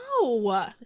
No